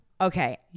Okay